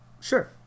sure